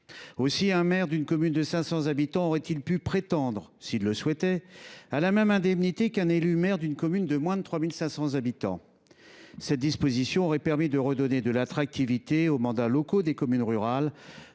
Aussi le maire d’une commune de 500 habitants aurait il pu prétendre, s’il le souhaitait, à la même indemnité qu’un élu maire d’une commune de moins de 3 500 habitants. Cette disposition aurait permis de redonner de l’attractivité aux mandats locaux des communes rurales,